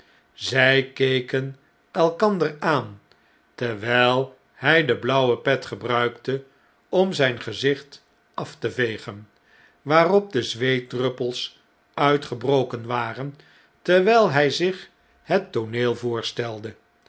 zjj keken elkander aan terwijl hjj de blauwe pet gebruikte om zyn gezicht af te vegen waarop de zweetdruppels uitgebroken waren terwijl hjj zich het tooneel voorstelde